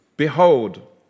Behold